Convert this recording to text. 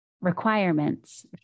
requirements